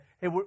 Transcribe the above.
hey